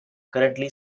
currently